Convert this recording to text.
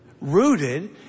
Rooted